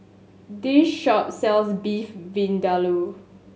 this shop sells Beef Vindaloo